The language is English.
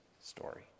story